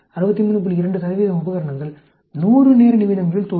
2 உபகரணங்கள் 100 நேர நிமிடங்களில் தோல்வியடையும்